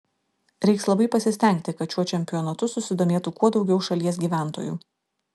reiks labai pasistengti kad šiuo čempionatu susidomėtų kuo daugiau šalies gyventojų